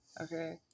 okay